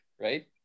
right